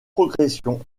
progression